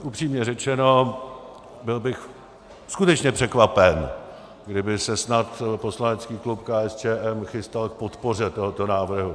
Upřímně řečeno, byl bych skutečně překvapen, kdyby se snad poslanecký klub KSČM chystal k podpoře tohoto návrhu.